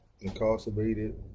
incarcerated